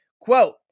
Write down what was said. Quote